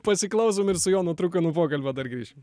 pasiklausom ir su jonu trukanu pokalbio dar grįšim